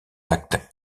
acte